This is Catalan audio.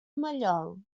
mallol